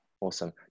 Awesome